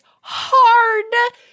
hard